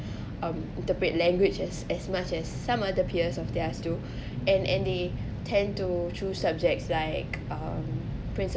um interpret language as as much as some other peers of theirs too and and they tend to choose subjects like um principle